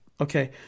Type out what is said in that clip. Okay